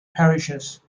parishes